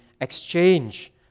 exchange